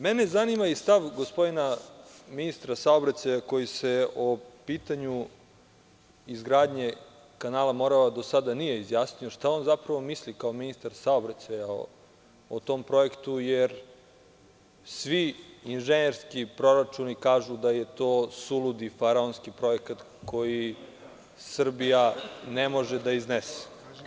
Mene zanima i stav gospodina ministra saobraćaja, koji se o pitanju izgradnje kanala „Morava“ do sada nije izjasnio, šta on zapravo misli kao ministar saobraćaja o tom projektu, jer svi inženjerski proračuni kažu da je to suludi faraonski projekat koji Srbija ne može da iznese.